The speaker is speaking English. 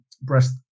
Breast